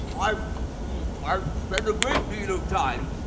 i, i've spent a great deal of time,